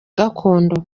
gakondo